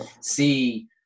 see